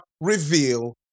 reveal